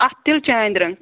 اَتھ تِلہٕ چانٛدِ رَنٛگ